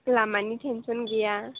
लामानि टेनसन गैया